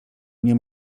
nie